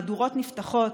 מהדורות נפתחות,